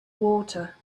water